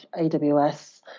AWS